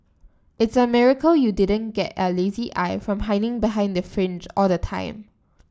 it's a miracle you didn't get a lazy eye from hiding behind the fringe all the time